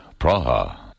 Praha. (